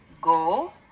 Go